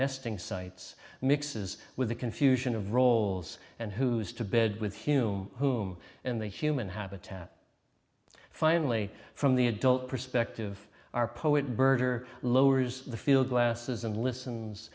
nesting sites mixes with the confusion of roles and who's to bed with hume whom in the human habitat finally from the adult perspective our poet birder lowers the field glasses and listens